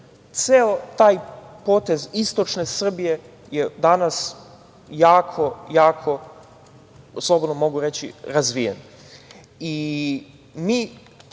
ceo taj potez istočne Srbije je danas jako, jako, slobodno mogu reći, razvijen